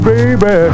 Baby